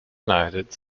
united